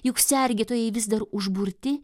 juk sergėtojai vis dar užburti